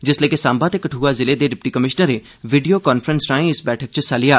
जिसलै कि सांबा ते कठुआ ज़िले दे डिप्टी कमीशनरें विडियो काफ़्रैंसिंग राए इस बैठक च हिस्सा लेआ